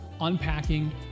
unpacking